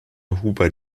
huber